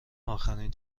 آخرین